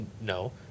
no